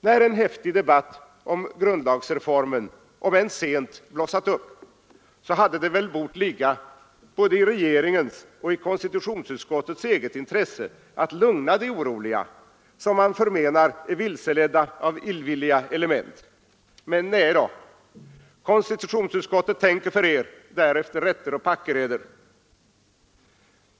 När en häftig debatt om grundlagsreformen om än sent blossat upp, hade det väl bort ligga både i regeringens och i konstitutionsutskottets eget intresse att lugna de oroliga, som man förmenar är vilseledda av illvilliga element. Nej då, konstitutionsutskottet tänker för er, därefter rätten och packen eder.